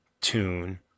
tune